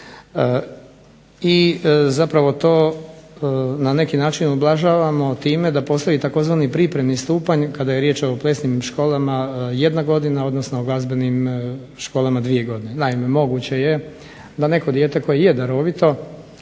I zapravo to na neki način ublažavamo time da postoji tzv. pripremni stupanj kada je riječ o plesnim školama 1 godina, odnosno glazbenim školama 2 godine. Naime, moguće je da neko dijete koje je darovito